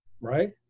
right